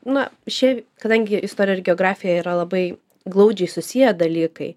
na šiai kadangi istorija ir geografija yra labai glaudžiai susiję dalykai